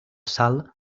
sal